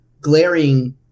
glaring